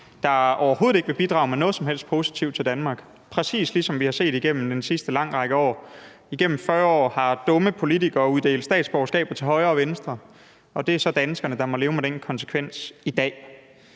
der overhovedet ikke vil bidrage med noget som helst positivt til Danmark, præcis ligesom vi har set igennem den sidste lange årrække. Igennem 40 år har dumme politikere uddelt statsborgerskaber til højre og venstre, og det er så danskerne, der må leve med konsekvensen i dag.